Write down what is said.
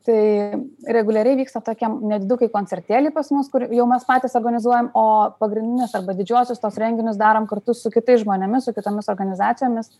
tai reguliariai vyksta tokie nedidukai koncertėliai pas mus kur jau mes patys organizuojam o pagrindinius arba didžiuosius tuos renginius darom kartu su kitais žmonėmis su kitomis organizacijomis